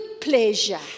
pleasure